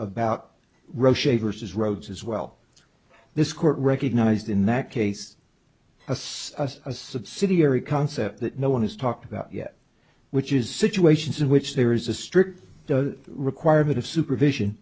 about rush a versus roads as well this court recognized in that case a such a subsidiary concept that no one has talked about yet which is situations in which there is a strict requirement of supervision